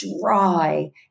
dry